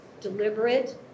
deliberate